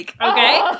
okay